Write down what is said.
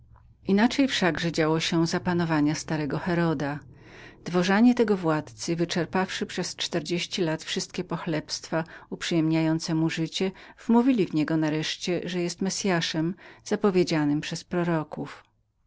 inaczej wszakże działo się za panowania starego heroda dworzanie tego władcy wyczerpawszy przez czterdzieści lat wszystkie pochlebstwa uprzyjemniające mu życie wmówili w niego nareszcie że był messyaszem zapowiedzianym przez